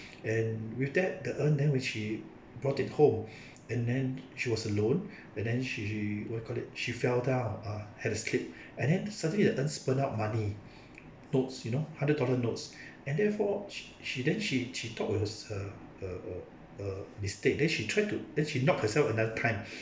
and with that the urn then which she brought it home and then she was alone and then she what do you call it she fell down ah had a slip and then suddenly the urn spurn up money notes you know hundred dollar notes and therefore she she then she she thought it was a a a mistake then she tried to then she knocked herself another time